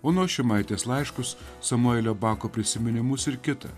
onos šimaitės laiškus samuelio bako prisiminimus ir kita